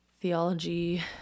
theology